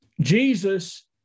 Jesus